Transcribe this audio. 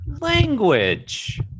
Language